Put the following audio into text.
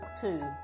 Two